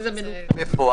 אתה מדבר על מלוניות.